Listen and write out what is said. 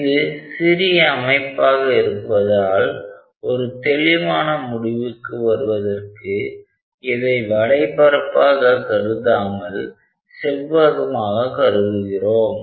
இது சிறிய அமைப்பாக இருப்பதால் ஒரு தெளிவான முடிவுக்கு வருவதற்கு இதை வளை பரப்பாக கருதாமல் செவ்வகமாக கருதுகிறோம்